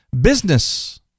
business